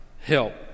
help